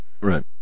right